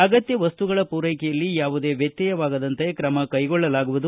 ಅಗತ್ತ ವಸ್ತುಗಳ ಪೂರೈಕೆಯಲ್ಲಿ ಯಾವುದೇ ವ್ಯತ್ನಯವಾಗದಂತೆ ಕ್ರಮ ಕೈಗೊಳ್ಳಲಾಗುವುದು